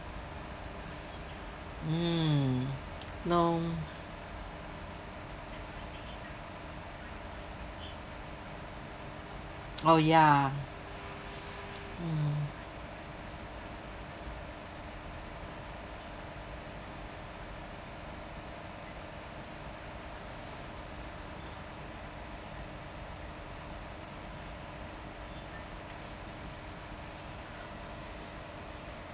mm no oh ya hmm